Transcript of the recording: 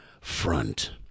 front